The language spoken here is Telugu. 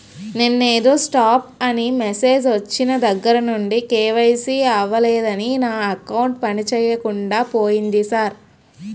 నిన్నేదో స్టాప్ అని మెసేజ్ ఒచ్చిన దగ్గరనుండి కే.వై.సి అవలేదని నా అకౌంట్ పనిచేయకుండా పోయింది సార్